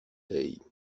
hey